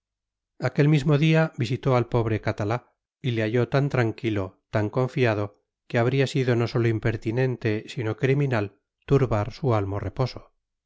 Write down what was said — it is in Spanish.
aquel mismo día visitó al pobre catalá y le halló tan tranquilo tan confiado que habría sido no sólo impertinente sino criminal turbar su almo reposo